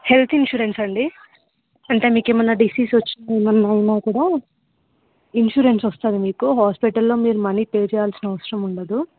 health insurance అండి అంటే మీకు ఏమన్న డిసీజ్ వచ్చిన ఏమన్న అయినా కూడా ఇన్సూరెన్స్ వస్తుంది మీకు హాస్పిటల్లో మీరు మనీ పే చేయాల్సిన అవసరం ఉండదు